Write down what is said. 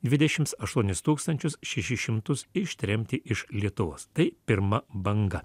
dvidešims aštuonis tūkstančius šešis šimtus ištremti iš lietuvos tai pirma banga